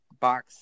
box